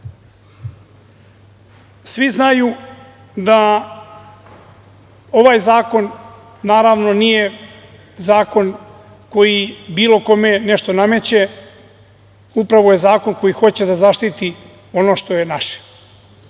znaju da ovaj zakon, naravno nije zakon koji bilo kome nešto nameće, upravo je zakon koji hoće da zaštiti ono što je naše,